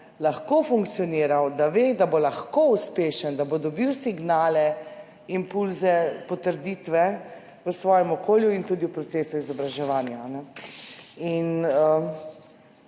dijak funkcioniral, da ve, da bo lahko uspešen, da bo dobil signale, impulze, potrditve v svojem okolju in tudi v procesu izobraževanja. Mi